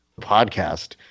podcast